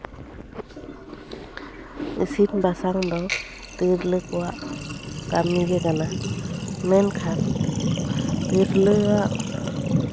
ᱤᱥᱤᱱᱼᱵᱟᱥᱟᱝ ᱫᱚ ᱛᱤᱨᱞᱟᱹ ᱠᱚᱣᱟᱜ ᱠᱟᱹᱢᱤ ᱜᱮ ᱠᱟᱱᱟ ᱢᱮᱱᱠᱷᱟᱱ ᱛᱤᱨᱞᱟᱹᱣᱟᱜ